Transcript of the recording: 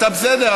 אתה בסדר.